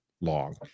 long